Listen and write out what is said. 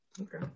Okay